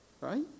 right